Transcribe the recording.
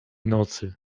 nocy